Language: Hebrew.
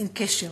אין קשר.